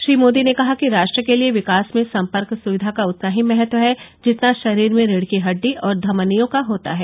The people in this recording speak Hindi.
श्री मोदी ने कहा कि राष्ट्र के लिए विकास में संपर्क सुविधा का उतना ही महत्व है जितना शरीर में रीढ की हड्डी और धमनियों का होता है